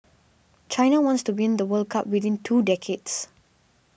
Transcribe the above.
China wants to win the World Cup within two decades